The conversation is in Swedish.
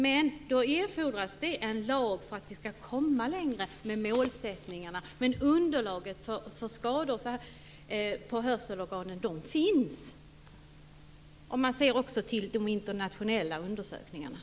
Det erfordras en lag för att vi skall komma längre med målsättningarna. Underlaget som visar att det blir skador på hörselorganen finns om man också ser till de internationella undersökningarna.